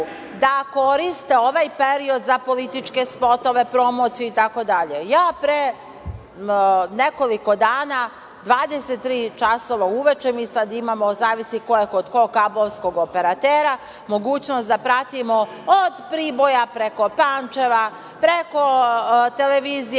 da koriste ovaj period za političke spotove, promociju itd. Ja pre nekoliko dana, 23,00 časova uveče, mi sada imamo, zavisi ko je kod kog kablovskog operatera, mogućnost da pratimo od Priboja preko Pančeva, preko TV Novi